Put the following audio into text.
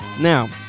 Now